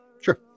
Sure